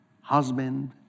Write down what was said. husband